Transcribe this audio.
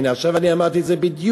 הנה, עכשיו אמרתי את זה בדיוק.